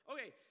Okay